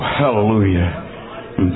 hallelujah